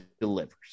delivers